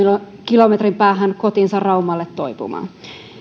kilometrin päähän kotiinsa raumalle toipumaan